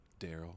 Daryl